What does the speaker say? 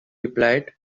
replied